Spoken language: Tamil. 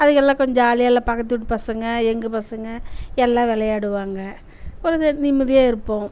அதுகெல்லாம் கொஞ்சம் ஜாலியாக எல்லாம் பக்கத்து வீட்டு பசங்கள் எங்கள் பசங்கள் எல்லாம் விளையாடுவாங்க ஒரு நிம்மதியாக இருப்போம்